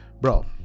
Bro